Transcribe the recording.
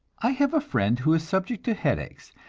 i have a friend who is subject to headaches,